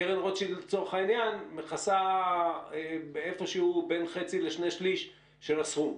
קרן רוטשילד לצורך העניין מכסה בין חצי לשני שליש של הסכום.